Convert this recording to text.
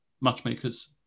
matchmakers